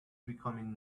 becoming